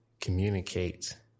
communicate